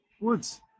Woods